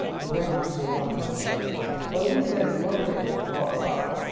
i'm going on too long in one question. well, let me say one thing more about it.